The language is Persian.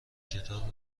کتاب